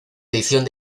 edición